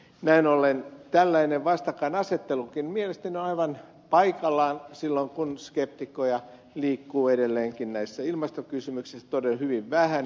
näin ollen tällainen vastakkainasettelukin mielestäni on aivan paikallaan silloin kun skeptikkoja liikkuu edelleenkin näissä ilmastokysymyksissä todella hyvin vähän